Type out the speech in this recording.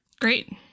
Great